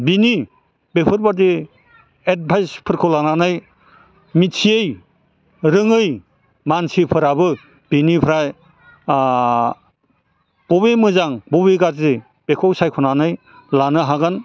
बिनि बेफोरबादि एडभाइसफोरखौ लानानै मिथियै रोङै मानसिफोराबो बिनिफ्राय बबे मोजां बबे गाज्रि बेखौ सायख'नानै लानो हागोन